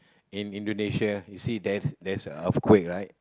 in Indonesia you see there's there's a earthquake right